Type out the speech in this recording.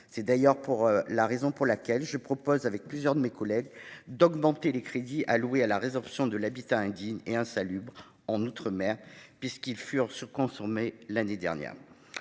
C'est la raison pour laquelle je propose, avec plusieurs de mes collègues, d'augmenter les crédits alloués à la résorption de l'habitat indigne et insalubre en outre-mer, qui ont été surconsommés l'an dernier.